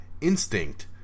Instinct